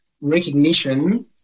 recognition